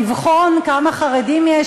לבחון כמה חרדים יש,